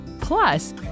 Plus